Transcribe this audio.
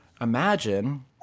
Imagine